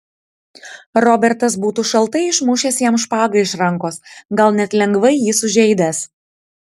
robertas būtų šaltai išmušęs jam špagą iš rankos gal net lengvai jį sužeidęs